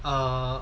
err